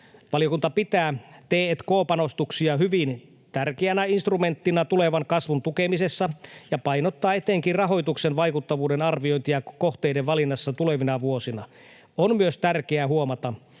Valiokunta pitää t&k-panostuksia hyvin tärkeänä instrumenttina tulevan kasvun tukemisessa ja painottaa etenkin rahoituksen vaikuttavuuden arviointia kohteiden valinnassa tulevina vuosina. On myös tärkeää huomata,